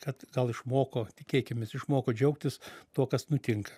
kad gal išmoko tikėkimės išmoko džiaugtis tuo kas nutinka